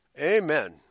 Amen